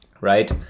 Right